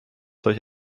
durch